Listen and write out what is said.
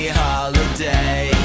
holiday